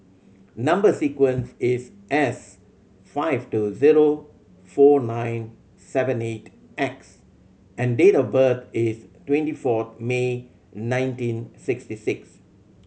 number sequence is S five two zero four nine seven eight X and date of birth is twenty four May nineteen sixty six